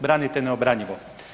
Branite neobranjivo.